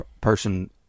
person